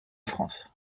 france